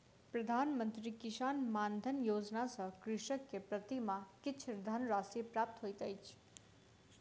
प्रधान मंत्री किसान मानधन योजना सॅ कृषक के प्रति माह किछु धनराशि प्राप्त होइत अछि